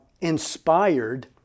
inspired